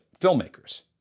filmmakers